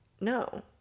no